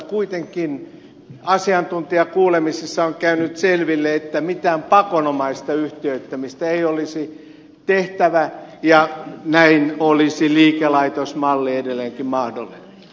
kuitenkin asiantuntijakuulemisissa on käynyt selville että mitään pakonomaista yhtiöittämistä ei olisi tehtävä ja näin olisi liikelaitosmalli edelleenkin mahdollinen